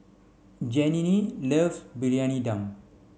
Janene loves Briyani Dum